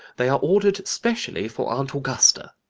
they are ordered specially for aunt augusta.